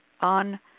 on